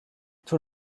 tout